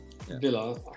Villa